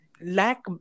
lack